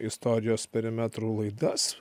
istorijos perimetrų laidas